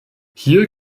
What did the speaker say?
hier